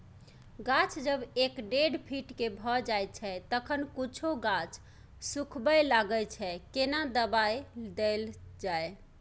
गाछ जब एक डेढ फीट के भ जायछै तखन कुछो गाछ सुखबय लागय छै केना दबाय देल जाय?